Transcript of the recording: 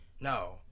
no